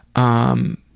um,